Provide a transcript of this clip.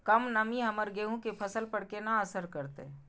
कम नमी हमर गेहूँ के फसल पर केना असर करतय?